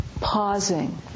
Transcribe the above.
pausing